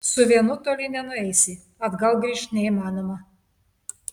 su vienu toli nenueisi atgal grįžt neįmanoma